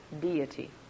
deity